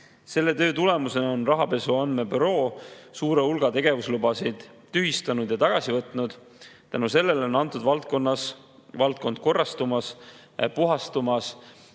Selle töö tulemusena on Rahapesu Andmebüroo suure hulga tegevuslubasid tühistanud ja tagasi võtnud. Tänu sellele on valdkond korrastumas, puhastumas